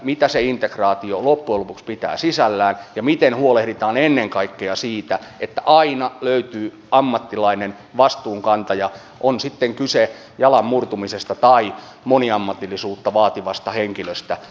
mitä se integraatio loppujen lopuksi pitää sisällään ja miten huolehditaan ennen kaikkea siitä että aina löytyy ammattilainen vastuunkantaja on sitten kyse jalan murtumisesta tai moniammatillisuutta vaativasta henkilöstä